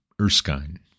Erskine